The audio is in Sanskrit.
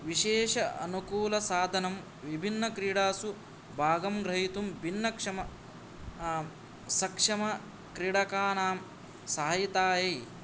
विशेष अनुकूलसाधनं विभिन्नक्रीडासु भागं ग्रहीतुं भिन्नक्षम सक्षमक्रीडकानां सहायतायै